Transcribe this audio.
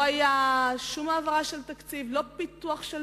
לא היתה שום העברה של תקציב ולא פיתוח של